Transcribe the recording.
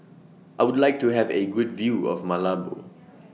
I Would like to Have A Good View of Malabo